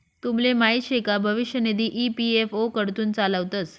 तुमले माहीत शे का भविष्य निधी ई.पी.एफ.ओ कडथून चालावतंस